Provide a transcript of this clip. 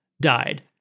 died